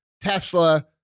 Tesla